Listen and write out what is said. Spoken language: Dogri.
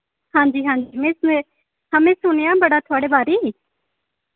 हांजी हांजी मैं स हां मैं सुनेआ बड़ा थुआढ़े बारे